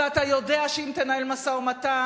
ואתה יודע שאם תנהל משא-ומתן,